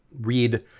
read